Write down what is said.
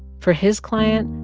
for his client,